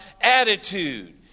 attitude